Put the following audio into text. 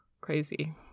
crazy